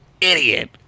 idiot